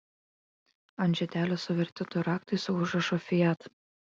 ant žiedelio suverti du raktai su užrašu fiat